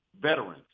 veterans